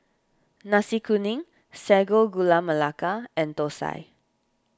Nasi Kuning Sago Gula Melaka and Thosai